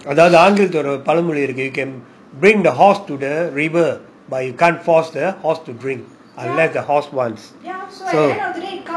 அதாவதுஆங்கிலத்துலஒருபழமொழிஇருக்குது:adhavathu ankilathula oru palamoli irukuthu can bring the horse to the river but you can't force the horse to drink unless the horse wants